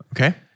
okay